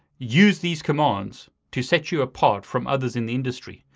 use these commands to set you apart from others in the industry.